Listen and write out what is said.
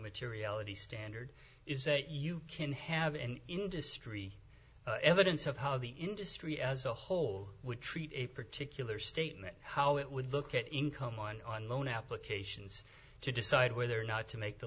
materiality standard is that you can have an industry evidence of how the industry as a whole would treat a particular statement how it would look at income on on loan applications to decide whether or not to make the